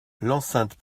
l’enceinte